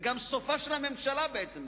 וגם סופה של הממשלה בעצם נגזר,